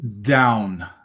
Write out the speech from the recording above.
Down